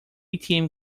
atm